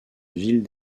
ville